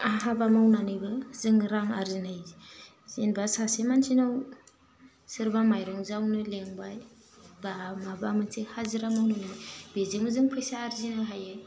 हाबा मावनानैबो जों रां आरजियो हायो जेनेबा सासे मानसिनाव सोरबा माइरं जावनो लेंबाय बा माबा मोनसे हाजिरा मावनो लेंबाय बेजोंबो जों फैसा आरजिनो हायो